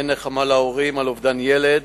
אין נחמה להורים על אובדן ילד,